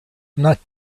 not